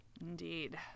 Indeed